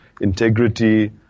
integrity